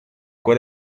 cor